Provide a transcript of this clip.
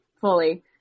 fully